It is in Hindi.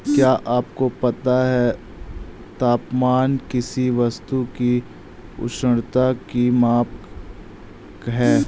क्या आपको पता है तापमान किसी वस्तु की उष्णता की माप है?